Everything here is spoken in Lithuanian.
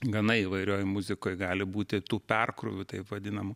gana įvairioj muzikoj gali būti tų perkrūvių taip vadinamų